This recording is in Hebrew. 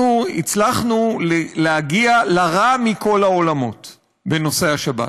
אנחנו הצלחנו להגיע לרע מכל העולמות בנושא השבת.